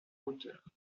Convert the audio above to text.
auteur